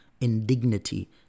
indignity